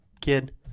kid